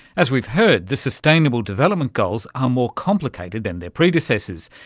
as we've heard, the sustainable development goals are more complicated than their predecessors.